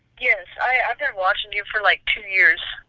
yes, i've been watchin' you for like two years.